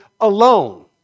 alone